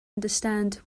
understand